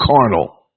carnal